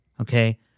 Okay